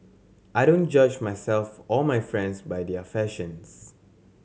I don't judge myself or my friends by their fashions